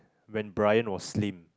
when Bryan was slim